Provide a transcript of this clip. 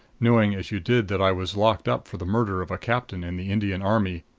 knowing as you did that i was locked up for the murder of a captain in the indian army,